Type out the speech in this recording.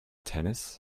tennis